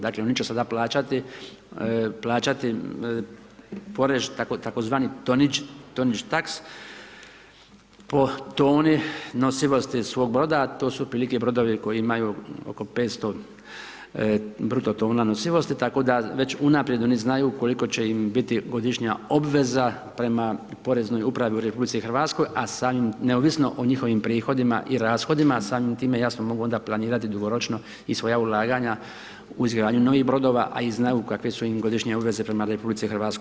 Dakle, oni će sada plaćati porez tzv. tonič taks po toni nosivosti svog broda, at o su otprilike brodovi koji imaju oko 500 bruto tona nosivosti, tako da, već unaprijed oni znaju kolika će im biti godišnja obveza prema poreznoj upravi u RH, a neovisno o njihovim prihodima i rashodima, a samim time, jasno onda mogu planirati dugoročna i svoja ulaganja u izgradnju novih brodova, a i znaju kakvi su im godišnje obveze prema RH.